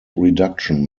reduction